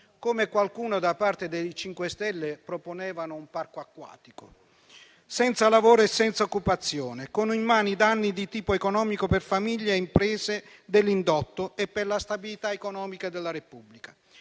Ilva (qualcuno, da parte del MoVimento 5 Stelle, proponeva un parco acquatico), senza lavoro e senza occupazione, con immani danni di tipo economico per famiglie e imprese dell'indotto e per la stabilità economica della Repubblica.